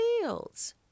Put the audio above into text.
fields